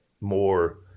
more